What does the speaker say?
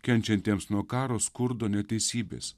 kenčiantiems nuo karo skurdo neteisybės